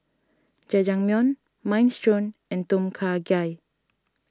Jajangmyeon Minestrone and Tom Kha Gai